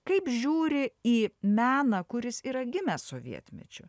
kaip žiūri į meną kuris yra gimęs sovietmečiu